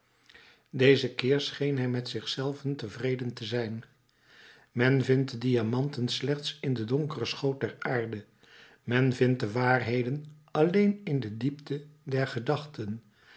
dezen keer scheen hij met zich zelven tevreden te zijn men vindt de diamanten slechts in den donkeren schoot der aarde men vindt de waarheden alleen in de diepte der gedachten